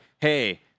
hey